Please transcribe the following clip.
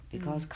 mm